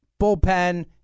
bullpen